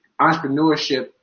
Entrepreneurship